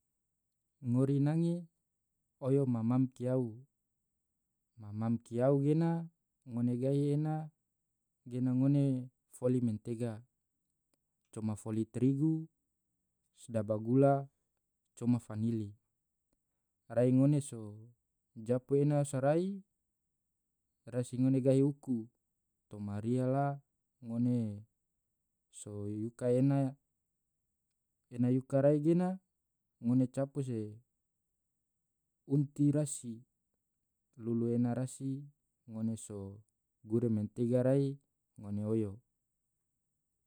ngori nange oyo mam-mam kiyau, mam-mam kiyau gena ngone gahi ena gena ngone foli mentega, coma foli trigu sedaba gula coma fanili, rai ngone so japu ena sorai, rasi ngone gahi uku toma ria la ngone so yuka ena, ene yuka rai gena ngone capu se unti rasi lulu ena rasi ngone so gure mantega rai ngone oyo.